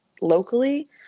locally